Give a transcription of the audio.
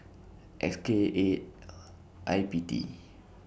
X K eight I P T